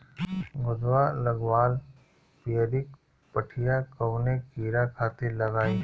गोदवा लगवाल पियरकि पठिया कवने कीड़ा खातिर लगाई?